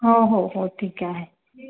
हो हो हो ठीक आहे